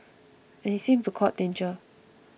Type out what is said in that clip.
and he seemed to court danger